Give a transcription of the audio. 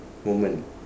moment